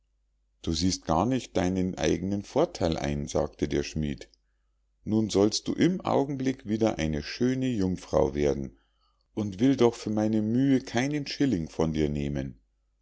du siehst gar nicht deinen eignen vortheil ein sagte der schmied nun sollst du im augenblick wieder eine schöne jungfrau werden und will doch für meine mühe keinen schilling von dir nehmen